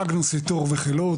מאגנוס איתור וחילוץ,